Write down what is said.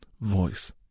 voice